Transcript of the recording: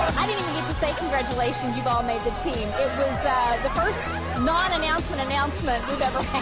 i didn't even get to say congratulations, you've all made the team. it was the first non-announcement announcement we've ever